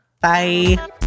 Bye